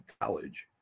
college